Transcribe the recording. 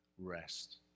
Rest